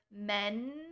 men